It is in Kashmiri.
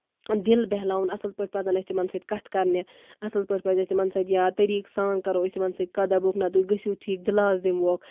دِل بیٚہلاوُن اَصٕل پٲٹھۍ پَزَن اَسہِ تِمن سۭتۍ کَتھٕ کرنہِ اَصٕل پٲٹھۍ پَزِ اَسہِ تِمن سۭتۍ یا طریٖقہٕ سان کرو أسۍ تِمن سۭتۍ کَتھ دَپوکھ نہ تُہۍ گٔژھِو ٹھیٖک دِلاسہٕ دِموکھ